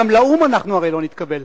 גם לאו"ם אנחנו לא נתקבל.